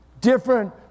different